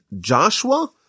Joshua